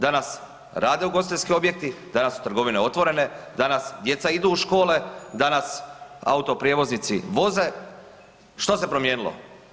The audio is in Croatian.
Danas rade ugostiteljski objekti, danas su trgovine otvorene, danas djeca idu u škole, danas auto prijevoznici voze, što se promijenilo?